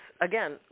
again